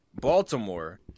Baltimore